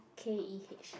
K_E_H